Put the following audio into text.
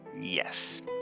Yes